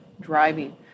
driving